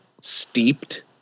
steeped